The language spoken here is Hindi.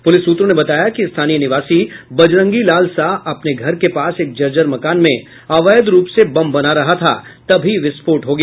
पुलिस सूत्रों ने बताया कि स्थानीय निवासी बजरंगी लाल साह अपने घर के पास एक जर्जर मकान में अवैध रुप से बम बना रहा था तभी विस्फोट हो गया